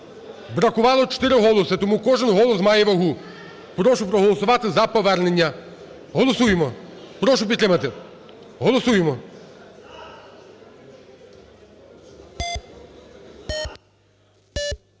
Бракувало чотири голоси, тому кожен голос має вагу. Прошу проголосувати за повернення. Голосуємо. Прошу підтримати. Голосуємо.